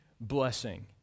blessing